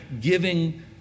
giving